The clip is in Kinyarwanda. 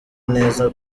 neza